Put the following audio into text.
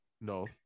no